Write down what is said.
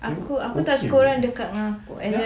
aku aku tak suka orang dekat dengan aku as in